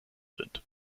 sind